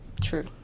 True